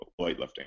weightlifting